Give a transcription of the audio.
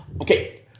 Okay